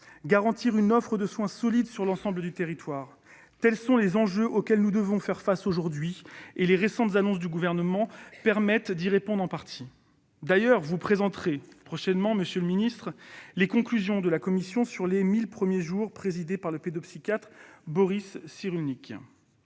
garantir une offre de soins solide sur l'ensemble du territoire : tels sont les enjeux auxquels nous devons faire face aujourd'hui. Les récentes annonces du Gouvernement permettent d'y répondre en partie. D'ailleurs, vous présenterez prochainement, monsieur le secrétaire d'État, les conclusions de la commission sur les « 1 000 premiers jours », présidée par le pédopsychiatre Boris Cyrulnik.